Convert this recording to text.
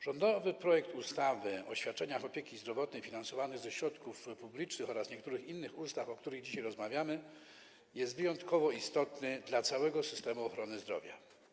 Rządowy projekt ustawy o zmianie ustawy o świadczeniach opieki zdrowotnej finansowanych ze środków publicznych oraz niektórych innych ustaw, o którym dzisiaj rozmawiamy, jest wyjątkowo istotny dla całego systemu ochrony zdrowia.